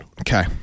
Okay